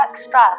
extra